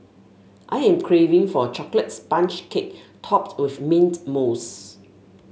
I am craving for a chocolate sponge cake topped with mint mousse